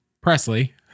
Presley